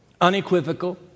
unequivocal